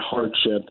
hardship